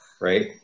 right